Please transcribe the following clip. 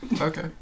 Okay